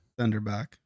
Thunderback